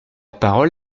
parole